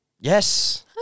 Yes